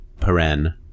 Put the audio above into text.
paren